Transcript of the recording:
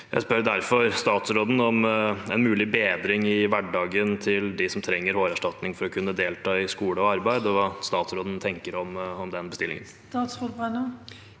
Jeg spør derfor statsråden om en mulig bedring i hverdagen til dem som trenger hårerstatning for å kunne delta i skole og arbeid og hva statsråden tenker om den bestillingen.